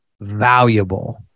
valuable